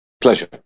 Pleasure